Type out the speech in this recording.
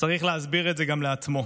צריך להסביר את זה גם לעצמו.